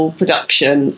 production